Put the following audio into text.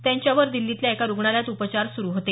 त्यांच्यावर दिल्लीतल्या एका रुग्णालयात उपचार सुरु होते